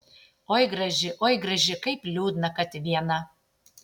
oi graži oi graži kaip liūdna kad viena